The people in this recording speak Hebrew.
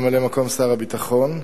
ממלא מקום שר הביטחון.